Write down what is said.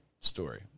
story